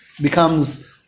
becomes